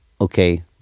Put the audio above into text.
Okay